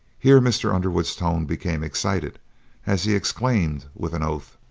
here mr. underwood's tones became excited as he exclaimed, with an oath